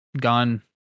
gone